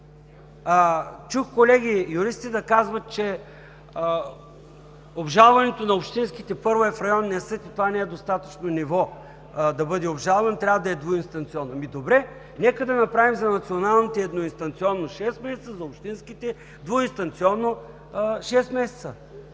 Чух колеги-юристи да казват, че обжалването на общинските първо е в районния съд и. Това не е достатъчно ниво – за да бъде обжалван, трябва да е двуинстанционно. Ами, добре, нека да направим за националните едноинстанционно – шест месеца, за общинските – двуинстанционно, шест месеца.